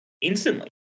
instantly